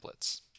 templates